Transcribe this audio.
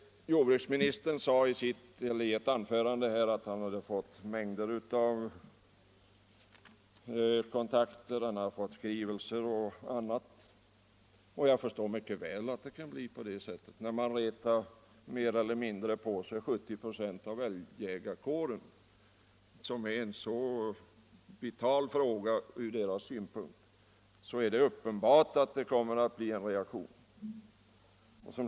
Jordbruksministern framhöll i ett anförande här att han hade fått mängder av kontakter, bl.a. i form av skrivelser, och även på annat sätt. Jag förstår mycket väl att det kan bli så; när man mer eller mindre retat upp 70 96 av älgjägarkåren i en så vital fråga, är det uppenbart att det kommer en reaktion.